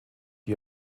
die